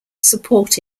support